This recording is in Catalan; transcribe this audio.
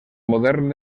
modern